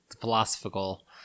philosophical